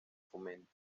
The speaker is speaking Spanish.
fomento